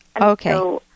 Okay